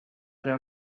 der